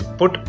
put